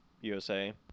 USA